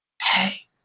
Hey